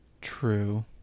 True